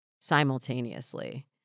simultaneously